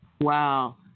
Wow